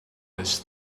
this